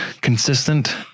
consistent